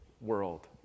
world